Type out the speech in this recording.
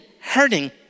hurting